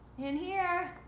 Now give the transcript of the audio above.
in here.